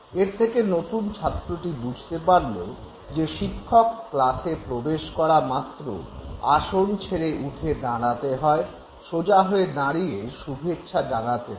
এর থেকে নতুন ছাত্রটি বুঝতে পারল যে শিক্ষক ক্লাসে প্রবেশ করা মাত্র আসন ছেড়ে উঠে দাঁড়াতে হয় সোজা হয়ে দাঁড়িয়ে শুভেচ্ছা জানাতে হয়